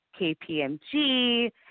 KPMG